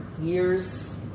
years